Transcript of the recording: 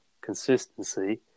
consistency